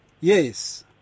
Yes